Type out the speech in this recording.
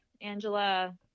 Angela